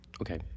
Okay